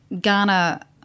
Ghana